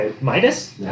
Minus